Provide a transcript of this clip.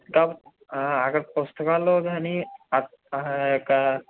dub అక్కడ పుస్తకాలలో కానీ అక్ ఆ యొక్క